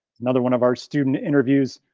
another one of our student interviews.